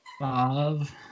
Five